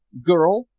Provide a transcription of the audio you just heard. girl!